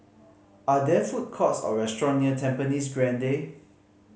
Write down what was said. are there food courts or restaurant near Tampines Grande